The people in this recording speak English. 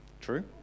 True